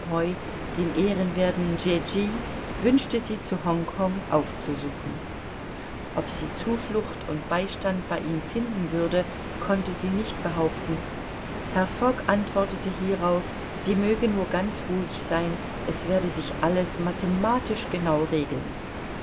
den ehrenwerthen jejee wünschte sie zu hongkong aufzusuchen ob sie zuflucht und beistand bei ihm finden würde konnte sie nicht behaupten herr fogg antwortete hierauf sie möge nur ganz ruhig sein es werde sich alles mathematisch genau regeln